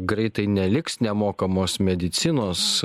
greitai neliks nemokamos medicinos